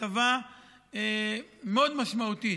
הטבה מאוד משמעותית,